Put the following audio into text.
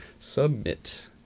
Submit